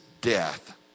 death